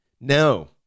No